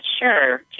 sure